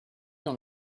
dans